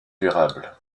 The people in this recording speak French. durable